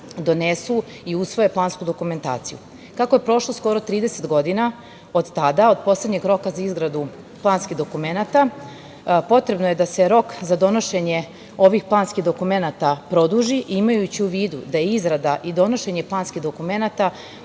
donesu i usvoje plansku dokumentaciju. Kako je prošlo skoro 30 godina od tada, od poslednjeg roka za izradu planskih dokumenata, potrebno je da se rok za donošenje ovih planskih dokumenata produži, imajući u vidu da je izrada i donošenje planskih dokumenata